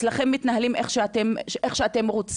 אצלכם מתנהלים איך שאתם רוצים,